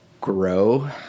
grow